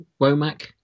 Womack